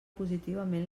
positivament